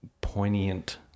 poignant